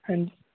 ਹਾਂਜੀ